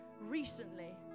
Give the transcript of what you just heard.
recently